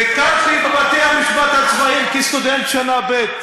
ביקרתי בבתי-המשפט הצבאיים כסטודנט שנה ב',